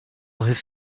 his